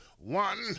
One